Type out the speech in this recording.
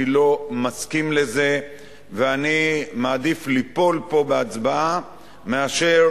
אני לא מסכים לזה ואני מעדיף ליפול פה בהצבעה מאשר